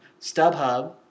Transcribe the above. StubHub